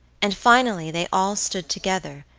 and finally they all stood together,